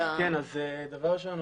דבר ראשון,